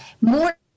more